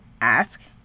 ask